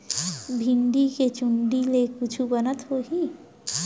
भेड़ी के चूंदी ले कुछु बनत होही?